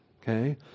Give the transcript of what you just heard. Okay